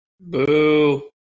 Boo